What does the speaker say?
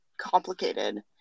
complicated